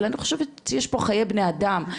אבל אני חושבת שיש פה חיי בני אדם,